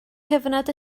cyfnod